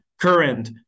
current